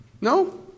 No